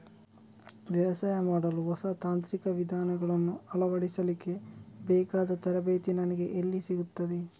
ವ್ಯವಸಾಯ ಮಾಡಲು ಹೊಸ ತಾಂತ್ರಿಕ ವಿಧಾನಗಳನ್ನು ಅಳವಡಿಸಲಿಕ್ಕೆ ಬೇಕಾದ ತರಬೇತಿ ನನಗೆ ಎಲ್ಲಿ ಸಿಗುತ್ತದೆ?